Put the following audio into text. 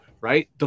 right